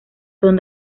son